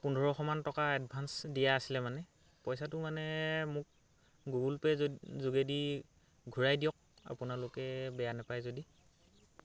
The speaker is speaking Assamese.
পোন্ধৰশ মান টকা এডভাঞ্চ দিয়া আছিলে মানে পইচাটো মানে মোক গুগলপে' যো যোগেদি ঘূৰাই দিয়ক আপোনালোকে বেয়া নেপায় যদি